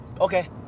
okay